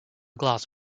glass